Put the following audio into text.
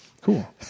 Cool